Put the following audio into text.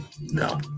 No